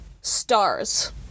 stars